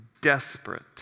desperate